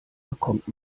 bekommt